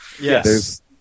Yes